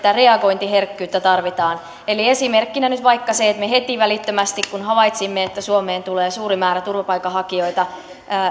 reagointiherkkyyttä tarvitaan eli esimerkkinä nyt vaikka se että me heti välittömästi kun havaitsimme että suomeen tulee suuri määrä turvapaikanhakijoita